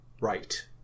Right